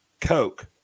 Coke